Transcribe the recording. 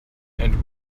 and